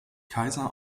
kaiser